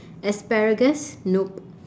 asparagus nope